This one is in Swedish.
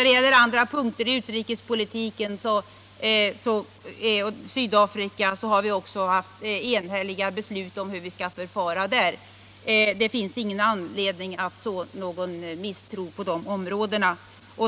Beträffande Syd afrika har vi också enhälligt beslutat hur vi skall förfara. Det finns alltså ingen anledning att utså tvivel på de områdena.